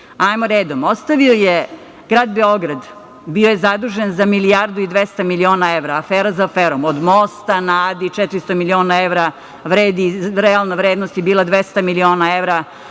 Hajmo redom, ostavio je Grad Beograd, bio je zadužen za milijardu i dvesta miliona evra, afera za aferom, od mosta na Adi, 400 miliona evra vredi, a realna vrednost je bila 200 miliona evra.